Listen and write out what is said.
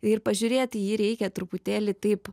ir pažiūrėt į jį reikia truputėlį taip